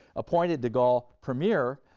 appointed de gaulle premier,